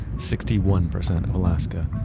sixty one percent of alaska,